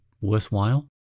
worthwhile